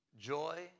joy